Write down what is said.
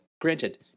Granted